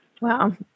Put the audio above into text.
Wow